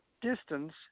distance